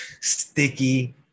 sticky